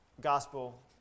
gospel